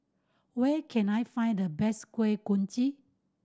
where can I find the best Kuih Kochi